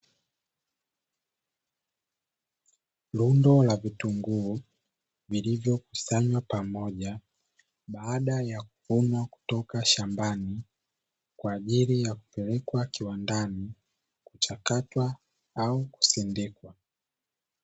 Lundo la vitunguu vilivyokusanywa pamoja baada ya kuvunwa kutoka shambani kwa ajili ya kupelekwa kiwandani kuchakatwa au kusindikwa.